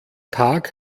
tag